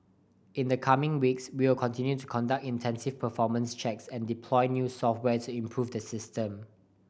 in the coming weeks we will continue to conduct intensive performance checks and deploy new software to improve the system